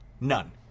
None